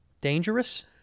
Dangerous